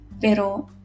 Pero